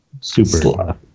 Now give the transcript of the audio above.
super